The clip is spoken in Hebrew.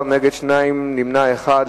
בעד, 14, נגד, 2, נמנע אחד.